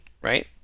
right